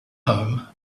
home